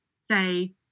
say